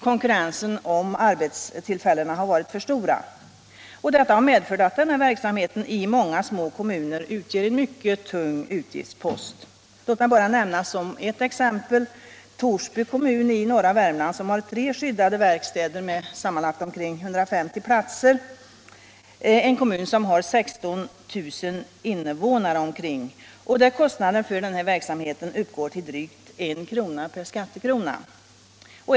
Konkurrensen om arbetstillfällen har varit för stor. Detta har medfört att verksamheten med skyddade verkstäder i många små kommuner utgör en mycket tung utgiftspost. Låt mig bara nämna som ett exempel Torsby kommun i norra Värmland, som har tre skyddade verkstäder med sammanlagt omkring 150 platser. Det är en kommun som har omkring 16 000 invånare och där kostnaden för verksamheten uppgår till drygt 1 kr. per skattekrona.